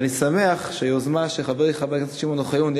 ואני שמח שהיוזמה של חברי חבר הכנסת שמעון אוחיון,